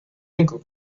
winkel